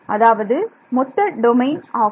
அதாவது மொத்த டொமைன் ஆகும்